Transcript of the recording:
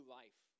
life